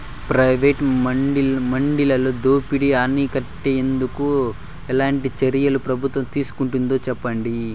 Private మండీలలో దోపిడీ ని అరికట్టేందుకు ఎట్లాంటి చర్యలు ప్రభుత్వం తీసుకుంటుందో చెప్పండి?